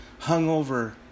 hungover